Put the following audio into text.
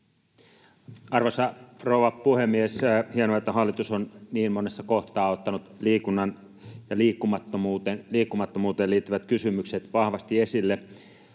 Arvoisa rouva puhemies! Hienoa, että hallitus on niin monessa kohtaa ottanut liikunnan ja liikkumattomuuteen liittyvät kysymykset vahvasti esille.